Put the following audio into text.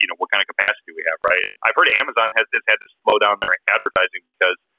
you know what kinda capacity we have, right? i've heard amazon has just had to slow down their advertising, because,